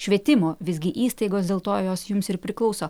švietimo visgi įstaigos dėl to jos jums ir priklauso